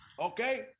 okay